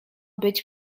być